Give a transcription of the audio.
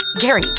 Gary